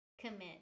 commit